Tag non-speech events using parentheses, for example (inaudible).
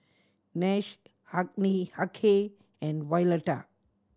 Nash (unintelligible) Hughey and Violeta